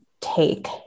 take